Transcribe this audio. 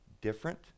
different